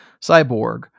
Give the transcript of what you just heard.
Cyborg